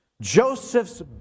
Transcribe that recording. Joseph's